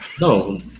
No